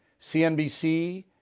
CNBC